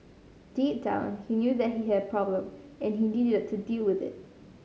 deep down he knew that he had a problem and he needed to deal with it